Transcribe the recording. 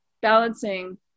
balancing